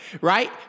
right